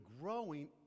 growing